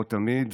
כמו תמיד,